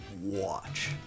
watch